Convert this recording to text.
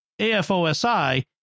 AFOSI